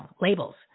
labels